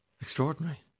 Extraordinary